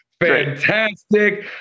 Fantastic